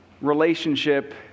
relationship